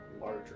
larger